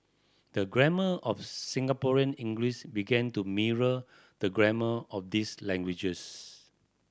the grammar of Singaporean English began to mirror the grammar of these languages